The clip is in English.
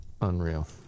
Unreal